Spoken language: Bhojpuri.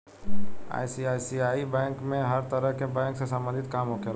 आई.सी.आइ.सी.आइ बैंक में हर तरह के बैंक से सम्बंधित काम होखेला